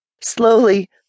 Slowly